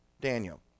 Daniel